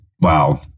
Wow